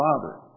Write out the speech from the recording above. Father